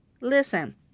Listen